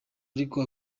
ariko